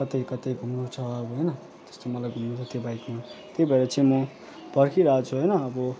कतै कतै घुम्नु छ अब होइन जस्तो मलाई घुम्नु रहर थियो बाइकमा त्यही भएर चाहिँ म पर्खिरहेछु होइन अब